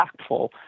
impactful